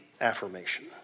affirmation